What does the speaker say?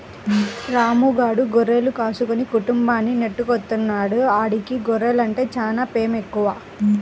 రాము గాడు గొర్రెలు కాసుకుని కుటుంబాన్ని నెట్టుకొత్తన్నాడు, ఆడికి గొర్రెలంటే చానా పేమెక్కువ